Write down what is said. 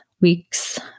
weeks